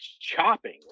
chopping